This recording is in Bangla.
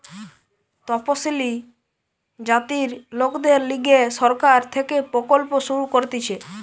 তপসিলি জাতির লোকদের লিগে সরকার থেকে প্রকল্প শুরু করতিছে